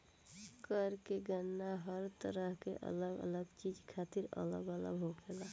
कर के गणना हर तरह के अलग अलग चीज खातिर अलग अलग होखेला